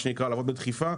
לעבוד בדחיפה,